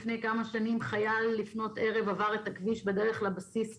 לפני כמה שנים חייל לפנות ערב עבר את הכביש בדרך לבסיס ונהרג.